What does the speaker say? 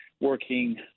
working